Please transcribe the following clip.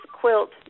quilt